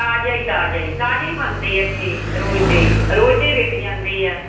ਤਾਜ਼ਾ ਹੀ ਤਾਜ਼ਾ ਹੀ ਤਾਜ਼ਾ ਹੀ ਬਣਦੇ ਹੈ ਇੱਥੇ ਰੋਜ਼ ਦੇ ਰੋਜ਼ ਦੇ ਹੀ ਵਿਕ ਜਾਂਦੇ ਆ